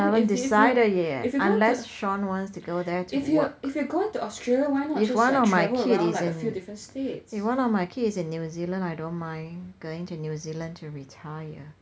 haven't decided yet unless shawn wants to go there to work if one of my kid is in if one of my kid is in new zealand I don't mind going to new zealand to retire